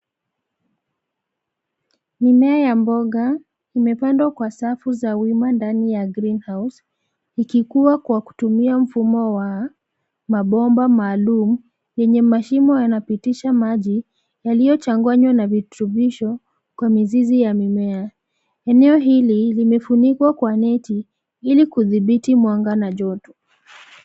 Mimea ya mboga imepandwa kwa safu za wima ndani ya green house ikikua kwa kutumia mfumo wa mabomba maalumu yenye mashimo yanapitisha maji yaliochanganywa na virutubisho kwa mizizi ya mimea. Eneo hili limefunikwa kwa neti ili kudhibiti mwanga na joto.